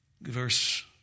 verse